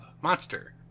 Monster